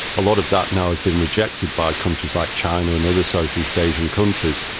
a lot of that now has been rejected by countries like china and other south east asian countries.